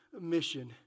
mission